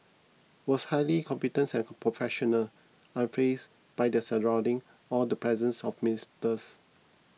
was highly competent and professional unfazed by their surrounding or the presence of the ministers